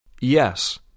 Yes